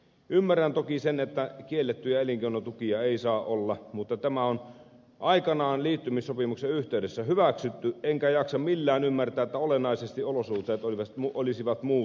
ymmärrän toki sen että kiellettyjä elinkeinotukia ei saa olla mutta tämä on aikanaan liittymissopimuksen yhteydessä hyväksytty enkä jaksa millään ymmärtää että olennaisesti olosuhteet olisivat muuttuneet